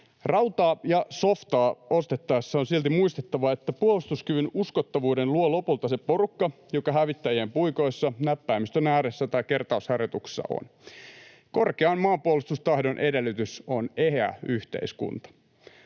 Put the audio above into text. Rautaa ja softaa ostettaessa on silti muistettava, että puolustuskyvyn uskottavuuden luo lopulta se porukka, joka hävittäjien puikoissa, näppäimistön ääressä tai kertausharjoituksissa on. Korkean maanpuolustustahdon edellytys on eheä yhteiskunta.